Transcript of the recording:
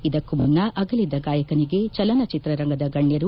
ಇದಕ್ಕೂ ಮುನ್ನ ಅಗಲಿದ ಗಾಯಕನಿಗೆ ಚಲನಚಿತ್ರ ರಂಗದ ಗಣ್ಣರು